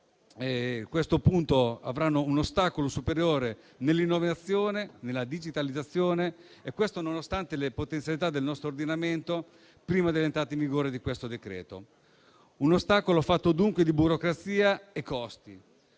a questo punto incontreranno un ostacolo superiore nell'innovazione e nella digitalizzazione, nonostante le potenzialità del nostro ordinamento prima dell'entrata in vigore di questo decreto-legge; un ostacolo fatto dunque di burocrazia e costi,